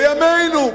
בימינו.